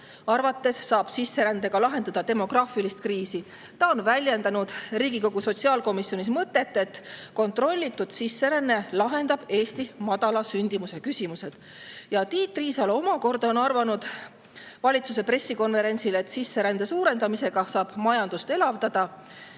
arvates saab sisserändega lahendada demograafilist kriisi. Ta on väljendanud Riigikogu sotsiaalkomisjonis mõtet, et kontrollitud sisseränne lahendab Eesti madala sündimuse küsimused. Tiit Riisalo omakorda on valitsuse pressikonverentsil arvanud, et sisserände suurendamisega saab majandust elavdada.